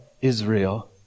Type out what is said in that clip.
Israel